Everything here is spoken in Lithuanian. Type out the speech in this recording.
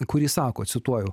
kuri sako cituoju